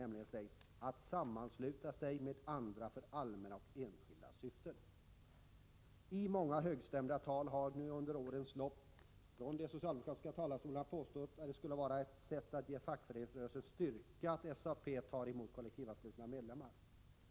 Där stadgas rätten ”att sammansluta sig med andra för allmänna eller enskilda syften”. I många högstämda tal har man under årens lopp från de socialdemokratiska talarstolarna påstått att det skulle vara ett sätt att ge fackföreningsrörelsen styrka att SAP tar emot kollektivanslutna medlemmar.